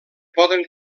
poden